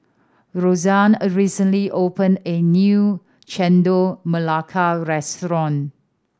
Roseann recently opened a new Chendol Melaka restaurant